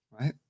Right